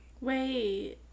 Wait